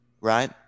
right